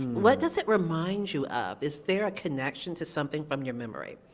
what does it remind you of, is there a connection to something from your memory?